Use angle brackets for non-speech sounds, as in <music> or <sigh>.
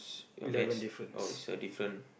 <noise> your bets oh it's a different